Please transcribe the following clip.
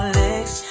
legs